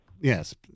yes